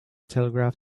telegraph